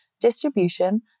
distribution